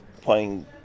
playing